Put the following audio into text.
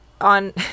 on